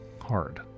hard